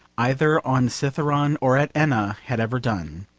either on cithaeron or at enna, had ever done.